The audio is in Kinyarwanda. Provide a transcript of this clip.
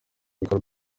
bikorwa